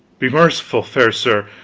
be merciful, fair sir,